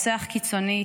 רוצח קיצוני,